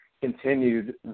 continued